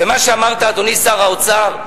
ומה שאמרת, אדוני שר האוצר,